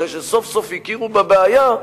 אחרי שסוף-סוף הכירו בבעיה,